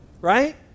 right